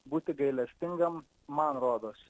būti gailestingam man rodos